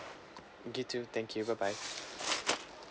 you too thank you bye bye